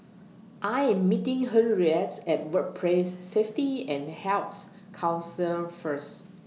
I Am meeting Henriettes At Workplace Safety and Health Council First